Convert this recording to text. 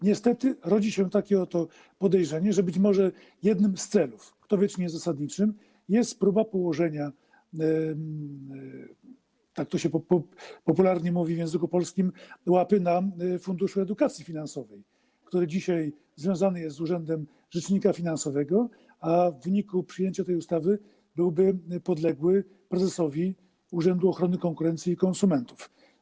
Niestety rodzi się takie oto podejrzenie, że być może jednym z celów, kto wie, czy nie zasadniczym, jest próba położenia, tak to się popularnie mówi w języku polskim, łapy na Funduszu Edukacji Finansowej, który dzisiaj związany jest z urzędem rzecznika finansowego, a w wyniku przyjęcia tej ustawy byłby podległy prezesowi Urzędu Ochrony Konkurencji i Konsumentów.